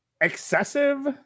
excessive